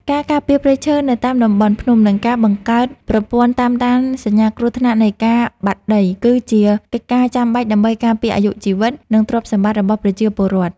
ការការពារព្រៃឈើនៅតាមតំបន់ភ្នំ និងការបង្កើតប្រព័ន្ធតាមដានសញ្ញាគ្រោះថ្នាក់នៃការបាក់ដី គឺជាកិច្ចការចាំបាច់ដើម្បីការពារអាយុជីវិត និងទ្រព្យសម្បត្តិរបស់ប្រជាពលរដ្ឋ។